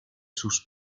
sus